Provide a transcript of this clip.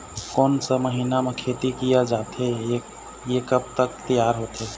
कोन सा महीना मा खेती किया जाथे ये कब तक तियार होथे?